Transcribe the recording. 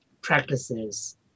practices